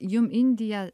jum indija